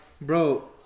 bro